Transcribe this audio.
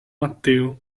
matteo